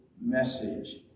message